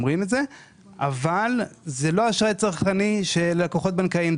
אבל זה לא אשראי צרכני של לקוחות בנקאיים.